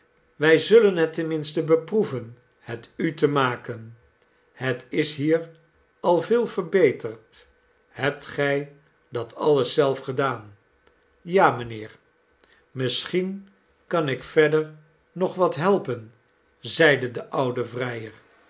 wij zullen het ten minste beproeven het u te maken het is hier al veel verbeterd hebt gij dat alles zelf gedaan ja mijnheer misschien kan ik verder nog wat helpen zeide de oude vrijer